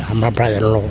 um brother ah